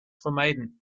vermeiden